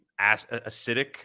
acidic